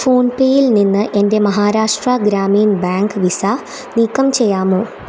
ഫോൺപേയിൽ നിന്ന് എൻ്റെ Maharashtra Gramin bank visa നീക്കം ചെയ്യാമോ